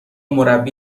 مربی